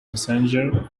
messenger